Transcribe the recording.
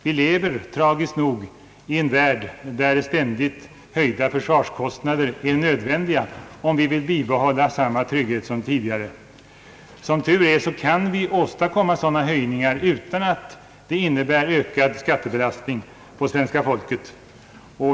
Vi lever, tragiskt nog, i en värld där ständigt höjda försvarskostnader är nödvändiga om vi vill bibehålla samma trygghet som tidigare. Vi kan dess bättre dock åstadkomma = erforderliga höjningar utan att det innebär ökad skattebelastning för svenska folket.